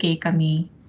kami